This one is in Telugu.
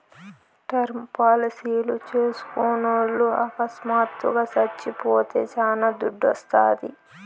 టర్మ్ పాలసీలు చేస్కున్నోల్లు అకస్మాత్తుగా సచ్చిపోతే శానా దుడ్డోస్తాది